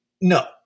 No